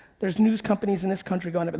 there's news companies in this country going but